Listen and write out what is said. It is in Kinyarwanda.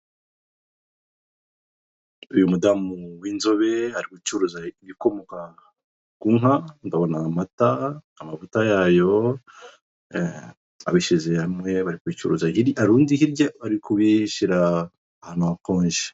Uyu mudamu w'inzobe ari gucuruza ibikomokaku nka akaba ni amata, amavuta yayo abishyize hamwe aba ari kubicuruza. Hari undi hirya uri kubishyira ahantu hakonje.